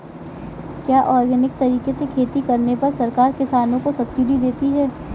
क्या ऑर्गेनिक तरीके से खेती करने पर सरकार किसानों को सब्सिडी देती है?